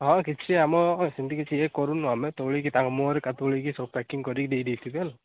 ହଁ କିଛି ଆମ ସେମିତି କିଛି ଇଏ କରୁନୁ ଆମେ ତୋଲିକି ତାଙ୍କ ମୁଇଁ କା ତୋଳିକି ସବୁ ପ୍ୟାକିଙ୍ଗ କରିକି ଦେଇ ଦେଇଥିବି ହେଲା